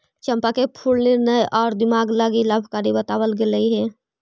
चंपा के फूल निर्णय आउ दिमाग लागी लाभकारी बतलाबल गेलई हे